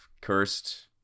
cursed